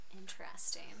interesting